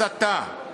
הסתה.